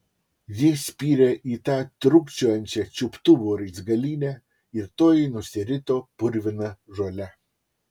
ji spyrė į tą trūkčiojančią čiuptuvų raizgalynę ir toji nusirito purvina žole